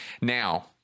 Now